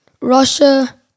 Russia